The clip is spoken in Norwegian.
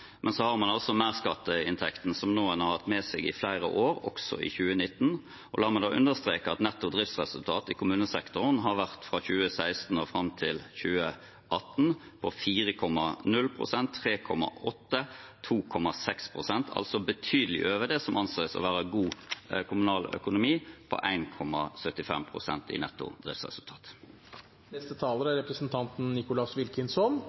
man har merskatteinntekten som man nå har hatt med seg i flere år, også i 2019. La meg da understreke at netto driftsresultat i kommunesektoren fra 2016 og fram til 2018 har vært på 4,0 pst., 3,8 pst. og 2,6 pst. – altså betydelig over det som anses å være god kommunal økonomi på 1,75 pst. i netto driftsresultat. 13 000 avvik i eldreomsorgen er